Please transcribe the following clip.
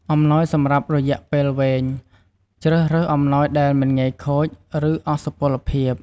អំណោយសម្រាប់រយៈពេលវែង ជ្រើសរើសអំណោយដែលមិនងាយខូច ឬអស់សុពលភាព។